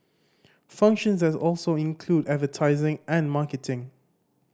functions that also include advertising and marketing